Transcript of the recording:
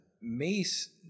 Mace